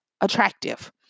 attractive